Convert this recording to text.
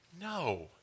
No